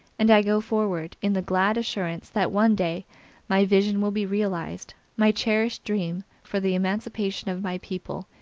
and i go forward, in the glad assurance that one day my vision will be realized, my cherished dream for the emancipation of my people,